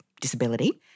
disability